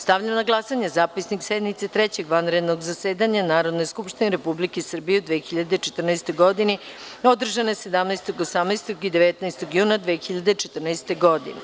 Stavljam na glasanje zapisnik sednice Trećeg vanrednog zasedanja Narodne skupštine Republike Srbije u 2014. godini, održane 17, 18. i 19. juna 2014. godine.